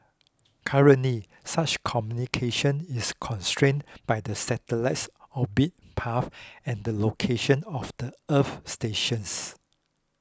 currently such communication is constrained by the satellite's orbit path and the location of the earth stations